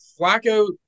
Flacco